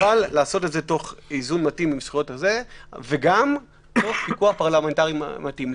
ולעשות את זה תוך איזון מתאים של הזכויות וגם תוך פיקוח פרלמנטרי מתאים.